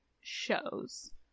shows